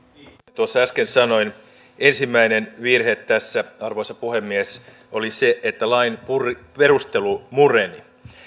tuossa äsken sanoin ensimmäinen virhe tässä arvoisa puhemies oli se että lain perustelu mureni